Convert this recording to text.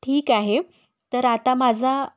ठीक आहे तर आता माझा